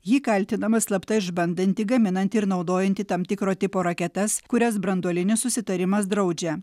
ji kaltinama slapta išbandanti gaminanti ir naudojanti tam tikro tipo raketas kurias branduolinis susitarimas draudžia